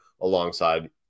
alongside